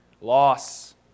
Loss